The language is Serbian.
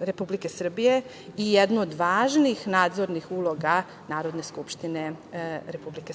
Republike Srbije i jednu od važnih nadzornih uloga Narodne skupštine Republike